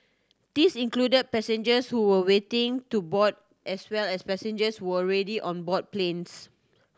these included passengers who were waiting to board as well as passengers who were already on board planes